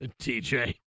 TJ